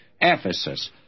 Ephesus